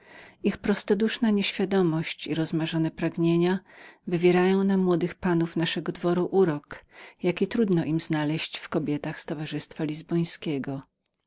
ich prostoduszna niewiadomość i rozmarzone żądania wywierają na młodych panach naszego dworu urok jakiego trudno im znaleźć w kobietach z towarzystwa lizbońskiego